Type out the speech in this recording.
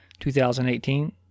2018